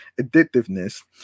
addictiveness